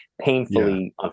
painfully